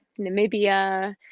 Namibia